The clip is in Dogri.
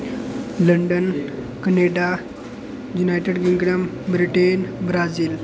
London Canada United Kingdom Britain Brazil